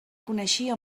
coneixia